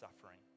suffering